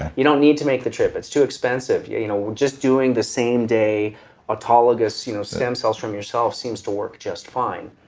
you don't need to make the trip. it's too expensive. we're yeah you know just doing the same day autologous you know stem cells from yourself seems to work just fine.